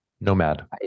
nomad